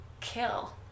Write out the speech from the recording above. kill